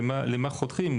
ולמה חותרים,